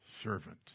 servant